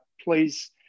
Please